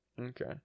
Okay